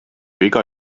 viga